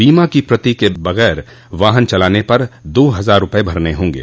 बीमा की प्रति के बिना वाहन चलाने पर दो हजार रुपये भरने होंगे